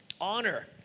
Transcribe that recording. honor